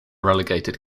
relegated